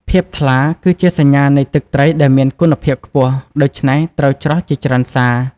ភាពថ្លា គឺជាសញ្ញានៃទឹកត្រីដែលមានគុណភាពខ្ពស់ ដូច្នេះត្រូវច្រោះជាច្រើនសា។